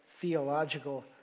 theological